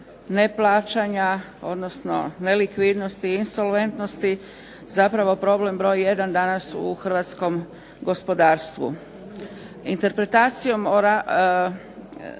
neplaćanja odnosno nelikvidnosti, insolventnosti zapravo problem broj jedan danas u hrvatskom gospodarstvu.